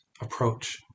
approach